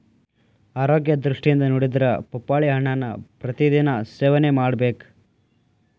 ಆರೋಗ್ಯ ದೃಷ್ಟಿಯಿಂದ ನೊಡಿದ್ರ ಪಪ್ಪಾಳಿ ಹಣ್ಣನ್ನಾ ಪ್ರತಿ ದಿನಾ ಸೇವನೆ ಮಾಡಬೇಕ